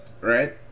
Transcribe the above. right